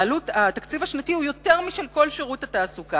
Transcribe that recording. עולה לנו בתקציב השנתי יותר מתקציב כל שירות התעסוקה,